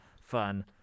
fun